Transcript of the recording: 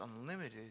unlimited